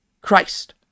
Christ